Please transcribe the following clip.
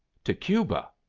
to cuba!